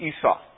Esau